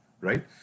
Right